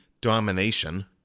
domination